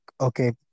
okay